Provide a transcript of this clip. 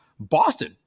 Boston